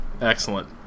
Excellent